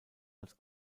als